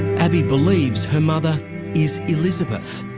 abii believes her mother is elizabeth,